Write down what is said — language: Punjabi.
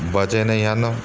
ਬਚੇ ਨਹੀਂ ਹਨ